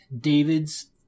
David's